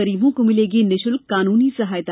गरीबों को मिलेगी निःशुल्क कानूनी सहायता